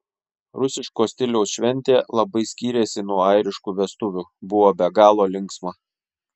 rusiško stiliaus šventė labai skyrėsi nuo airiškų vestuvių buvo be galo linksma